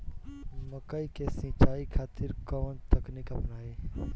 मकई के सिंचाई खातिर कवन तकनीक अपनाई?